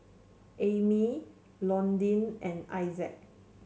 Ammie Londyn and Issac